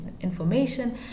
information